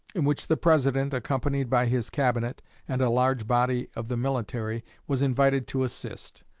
in which the president, accompanied by his cabinet and a large body of the military, was invited to assist.